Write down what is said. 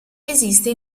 esiste